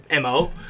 mo